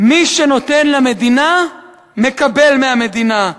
"מי שנותן למדינה, מקבל מהמדינה".